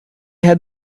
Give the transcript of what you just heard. had